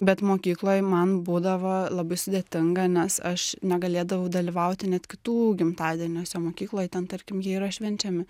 bet mokykloj man būdavo labai sudėtinga nes aš negalėdavau dalyvauti net kitų gimtadieniuose mokykloj ten tarkim jie yra švenčiami